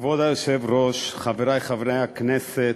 כבוד היושב-ראש, חברי חברי הכנסת,